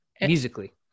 musically